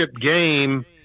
game